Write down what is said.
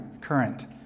current